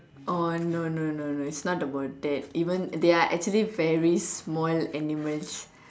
orh no no no no it's not about that even there are actually very small animals